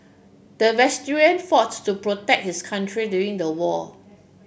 the veteran foughts to protect his country during the war